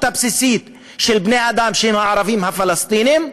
הבסיסית של בני-אדם שהם ערבים פלסטינים,